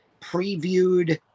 previewed